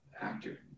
actor